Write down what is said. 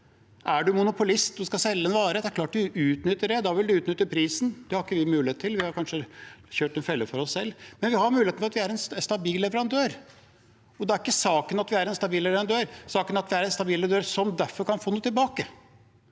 er det klart at man utnytter det, da vil man utnytte prisen. Det har ikke vi mulighet til, vi har kanskje laget en felle for oss selv, men vi har muligheter fordi vi er en stabil leverandør. Da er ikke saken at vi er en stabil leverandør; saken er at vi er en stabil leverandør som derfor kan få noe tilbake.